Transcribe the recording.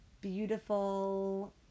beautiful